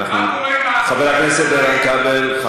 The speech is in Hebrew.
מה קורה עם העיתונאים שלא התקבלו לתאגיד,